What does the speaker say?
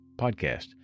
podcast